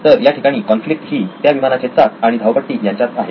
तर या ठिकाणी कॉन्फ्लिक्ट ही त्या विमानाचे चाक आणि धावपट्टी यांच्यात आहे